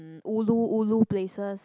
ulu ulu places